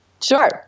Sure